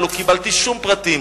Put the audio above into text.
לא קיבלתי שום פרטים,